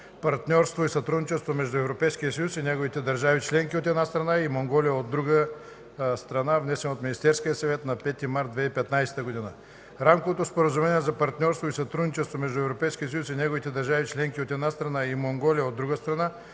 партньорство и сътрудничество между Европейския съюз и неговите държави членки, от една страна, и Монголия, от друга стана, внесен от Министерския съвет на 5 март 2015 г. Рамковото споразумение за партньорство и сътрудничество между Европейския съюз и неговите държави членки, от една страна, и Монголия, от друга стана,